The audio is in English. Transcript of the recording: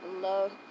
love